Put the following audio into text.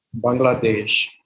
Bangladesh